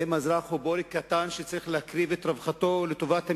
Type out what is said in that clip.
האם האזרח הוא בורג קטן שצריך להקריב את רווחתו לטובת המדינה,